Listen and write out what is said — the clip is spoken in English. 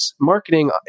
marketing